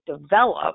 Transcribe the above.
develop